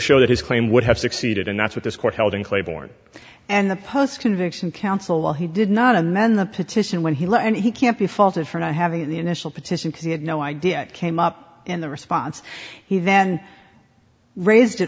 his claim would have succeeded and that's what this court held in claiborne and the post conviction counsel well he did not amend the petition when he left and he can't be faulted for not having the initial petition had no idea it came up in the response he then raised it